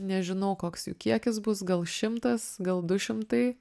nežinau koks jų kiekis bus gal šimtas gal du šimtai